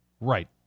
Right